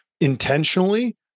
intentionally